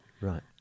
Right